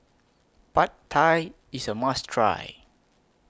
Pad Thai IS A must Try